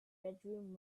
bedroom